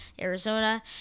Arizona